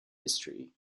history